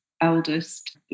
eldest